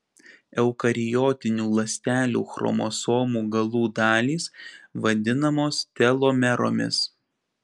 eukariotinių ląstelių chromosomų galų dalys vadinamos telomeromis